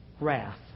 wrath